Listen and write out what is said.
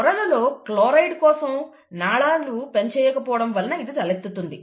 పొరలలో క్లోరైడ్ కోసం నాళాలు పనిచేయకపోవడం వలన ఇది తలెత్తుతుంది